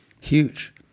huge